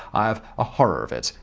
i have a horror of it,